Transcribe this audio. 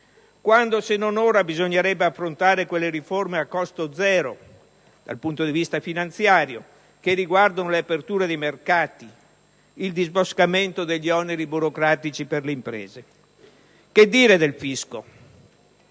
Quando, se non ora, bisognerebbe affrontare quelle riforme, a costo zero dal punto di vista finanziario, che riguardano le aperture dei mercati e il disboscamento degli oneri burocratici per le imprese? Che dire del fisco?